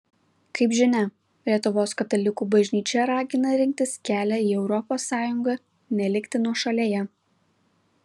kaip žinia lietuvos katalikų bažnyčia ragina rinktis kelią į europos sąjungą nelikti nuošalėje